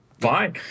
fine